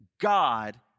God